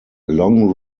long